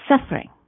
suffering